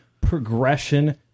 progression